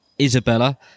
Isabella